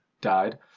died